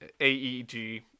A-E-G